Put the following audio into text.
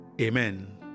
Amen